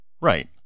Right